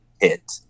hit